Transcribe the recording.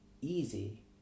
easy